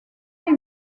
est